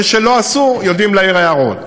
אלה שלא עשו יודעים להעיר הערות.